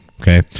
okay